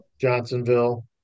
Johnsonville